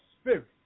spirit